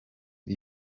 iri